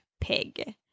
pig